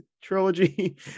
trilogy